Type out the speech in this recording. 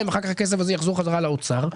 ואחר כך הכסף הזה יחזור חזרה לאוצר.